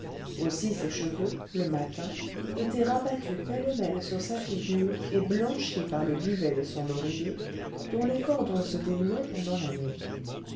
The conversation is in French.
aussi ses cheveux le matin étaient rabattus pêle-mêle sur sa figure et blanchis par le duvet de son oreiller dont les cordons se dénouaient pendant la nuit